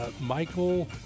Michael